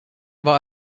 war